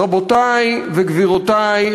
רבותי וגבירותי,